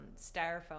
styrofoam